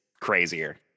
crazier